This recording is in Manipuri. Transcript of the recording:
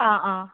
ꯑꯥ ꯑꯥ